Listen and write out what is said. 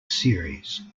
series